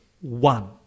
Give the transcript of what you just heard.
one